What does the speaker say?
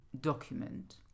document